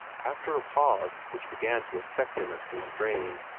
after a pause which began to affect him as constrained,